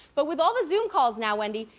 but with all the zoom calls now, wendy,